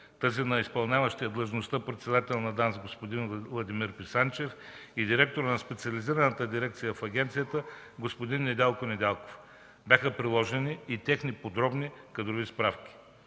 тази на изпълняващия длъжността „председател на ДАНС” – господин Владимир Писанчев, и директорът на Специализираната дирекция в Агенцията – господин Недялко Недялков. Бяха приложени и техни подробни кадрови справки.